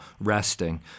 resting